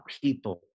people